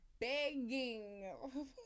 begging